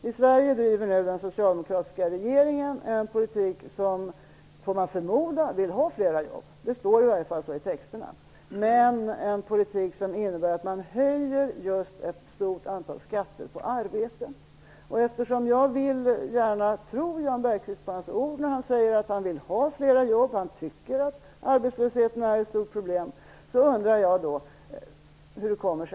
I Sverige driver nu den socialdemokratiska regeringen en politik som, får man förmoda, vill ha flera jobb. Det står i alla fall så i texterna. Det är en politik som innebär att man höjer ett stort antal skatter på arbete. Jag vill gärna tro Jan Bergqvist på hans ord när han säger att han vill att det skall skapas flera jobb och att han tycker att arbetslösheten är ett stort problem.